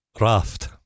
raft